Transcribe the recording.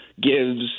gives